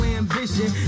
ambition